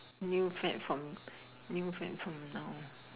new fat from new fat from now